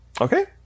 Okay